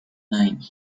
nine